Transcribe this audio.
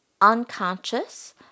unconscious